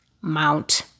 Mount